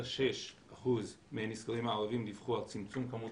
26% מהנסקרים הערבים דיווחו על צמצום כמות